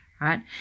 Right